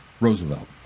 Roosevelt